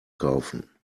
kaufen